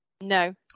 No